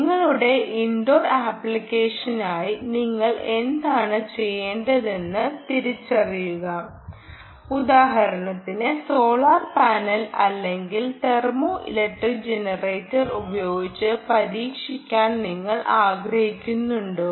നിങ്ങളുടെ ഇൻഡോർ ആപ്ലിക്കേഷനായി നിങ്ങൾ എന്താണ് ചെയ്യേണ്ടതെന്ന് തിരിച്ചറിയുക ഉദാഹരണത്തിന് സോളാർ പാനൽ അല്ലെങ്കിൽ തെർമോ ഇലക്ട്രിക് ജനറേറ്റർ ഉപയോഗിച്ച് പരീക്ഷിക്കാൻ നിങ്ങൾ ആഗ്രഹിക്കുന്നുണ്ടോ